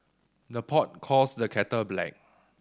the pot calls the kettle black